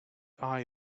eye